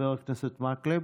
חבר הכנסת מקלב,